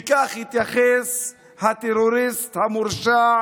וכך יתייחס הטרוריסט המורשע